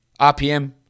RPM